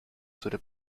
zone